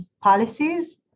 policies